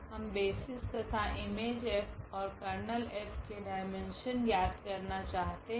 हम बेसिस तथा Im ओर Ker के डाईमेन्शन ज्ञात करना चाहते है